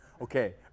Okay